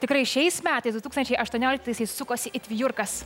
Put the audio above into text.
tikrai šiais metais du tūkstančiai aštuonioliktaisiais sukosi it vijurkas